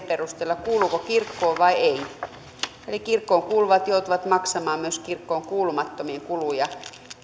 perusteella kuuluuko kirkkoon vai ei eli kirkkoon kuuluvat joutuvat maksamaan myös kirkkoon kuulumattomien kuluja